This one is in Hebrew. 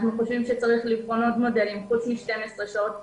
אנחנו חושבים שיש לבחון עוד מודלים חוץ ממשמרת של 12 שעות,